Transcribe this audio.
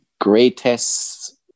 greatest